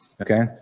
Okay